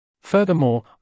Furthermore